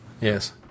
Yes